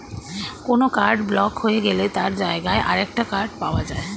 কোনো card block হয়ে গেলে তার জায়গায় আরেকটা কার্ড পাওয়া যায়